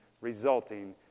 resulting